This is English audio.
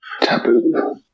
Taboo